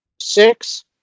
six